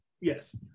Yes